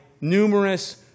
numerous